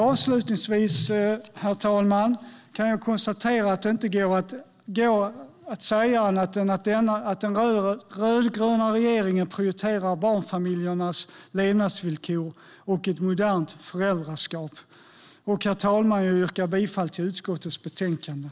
Avslutningsvis, herr talman, kan jag konstatera att det inte går att säga annat än att den rödgröna regeringen prioriterar barnfamiljernas levnadsvillkor och ett modernt föräldraskap. Herr talman! Jag yrkar bifall till utskottets förslag till beslut.